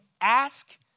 ask